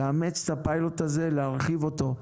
יש לאמץ את הפיילוט הזה ולהרחיב אותו.